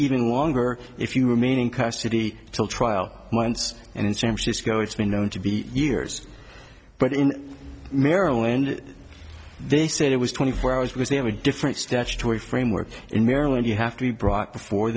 even wong or if you remain in custody until trial once and it seems this go it's been known to be years but in maryland they said it was twenty four hours because they have a different statutory framework in maryland you have to be brought before